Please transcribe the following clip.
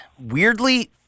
weirdly